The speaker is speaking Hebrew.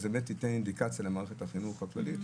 זה ייתן אינדיקציה למערכת החינוך הכללית,